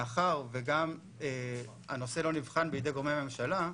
מאחר והנושא לא נבחן בידי גורמי הממשלה,